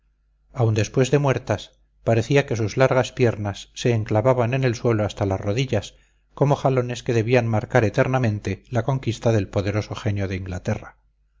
aun después de muertas parecía que sus largas piernas se enclavaban en el suelo hasta las rodillas como jalones que debían marcar eternamente la conquista del poderoso genio de inglaterra